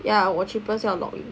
yeah 我 cheapest 要 login